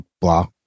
blah